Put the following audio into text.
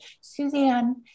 Suzanne